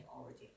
already